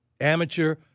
amateur